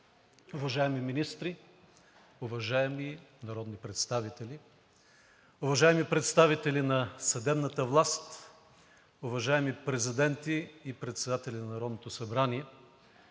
уважаеми министри, уважаеми народни представители, уважаеми представители на съдебната власт, уважаеми президенти и председатели на Народното събрание,